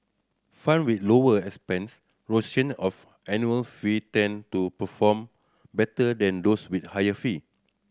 fund with lower expense ratio of annual fee tend to perform better than those with higher fee